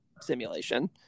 simulation